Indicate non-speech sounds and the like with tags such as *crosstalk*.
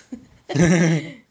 *laughs*